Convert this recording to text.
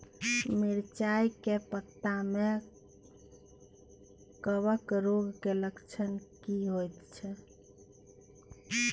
मिर्चाय के पत्ता में कवक रोग के लक्षण की होयत छै?